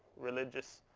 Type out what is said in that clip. religious